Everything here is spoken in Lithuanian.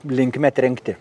linkme trenkti